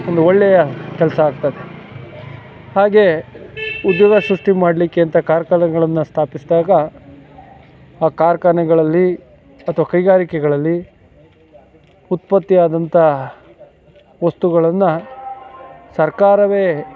ಒಂದು ಒಳ್ಳೆಯ ಕೆಲಸ ಆಗ್ತದೆ ಹಾಗೇ ಉದ್ಯೋಗ ಸೃಷ್ಟಿ ಮಾಡಲಿಕ್ಕೆ ಅಂಥ ಕಾರ್ಖಾನೆಗಳನ್ನ ಸ್ಥಾಪಿಸಿದಾಗ ಆ ಕಾರ್ಖಾನೆಗಳಲ್ಲಿ ಅಥ್ವ ಕೈಗಾರಿಕೆಗಳಲ್ಲಿ ಉತ್ಪತ್ತಿಯಾದಂಥ ವಸ್ತುಗಳನ್ನು ಸರ್ಕಾರವೇ